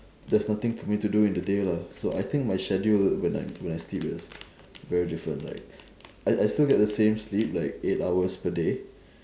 there's nothing for me to do in the day lah so I think my schedule when I when I sleep is very different like I I still get the same sleep like eight hours per day